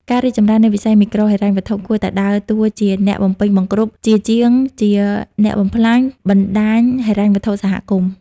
ការរីកចម្រើននៃវិស័យមីក្រូហិរញ្ញវត្ថុ គួរតែដើរតួជា "អ្នកបំពេញបង្គ្រប់" ជាជាងជា "អ្នកបំផ្លាញ" បណ្តាញហិរញ្ញវត្ថុសហគមន៍។